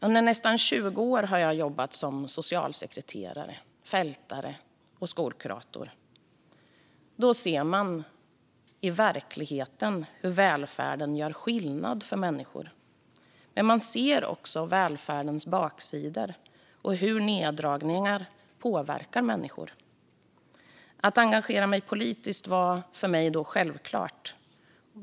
Under nästan 20 år har jag jobbat som socialsekreterare, fältare och skolkurator. Då ser man i verkligheten hur välfärden gör skillnad för människor, men man ser också välfärdens baksidor och hur neddragningar påverkar människor. Att engagera mig politiskt var för mig då självklart.